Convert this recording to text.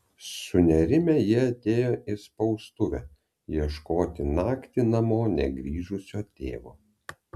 sunerimę jie atėjo į spaustuvę ieškoti naktį namo negrįžusio tėvo